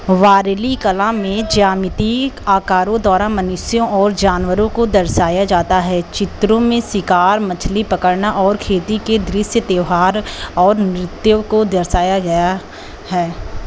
वरली कला में ज्यामितीक आकारों द्वारा मनुष्यों और जानवरों को दर्शाया जाता है चित्रों में सिकार मछली पकड़ना और खेती के दृश्य त्यौहार और नृत्यों को दर्शाया गया है